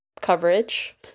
coverage